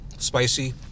Spicy